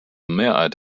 mehrheit